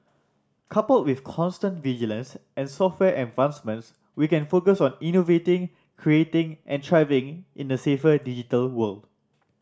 coupled with constant vigilance and software advancements we can focus on innovating creating and thriving in a safer digital world